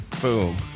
Boom